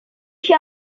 się